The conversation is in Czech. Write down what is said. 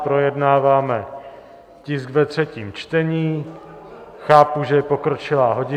Projednáváme tisk ve třetím čtení, chápu, že je pokročilá hodina.